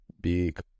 big